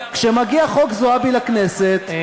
כשמגיע חוק זועבי לכנסת,